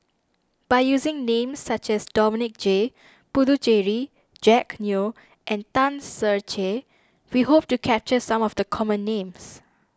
by using names such as Dominic J Puthucheary Jack Neo and Tan Ser Cher we hope to capture some of the common names